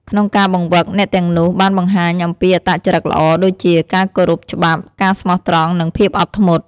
ក្នុងការបង្វឹក អ្នកទាំងនោះបានបង្ហាញអំពីអត្តចរិតល្អ ដូចជា ការគោរពច្បាប់ ការស្មោះត្រង់ និងភាពអត់ធ្មត់។